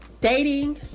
dating